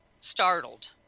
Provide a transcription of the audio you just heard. startled